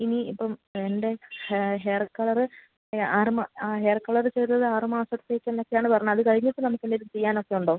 ഇനി ഇപ്പോള് എൻ്റെ ഹെയർ കളര് ഇത് ആറ് ആ ഹെയർ കളര് ചെയ്തത് ആറു മാസത്തേക്കെന്നൊക്കെയാണ് പറഞ്ഞത് കഴിഞ്ഞിട്ടു നമുക്കെന്തെങ്കിലും ചെയ്യാനൊക്കെയുണ്ടോ